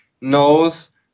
knows